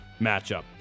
matchup